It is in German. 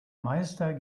meister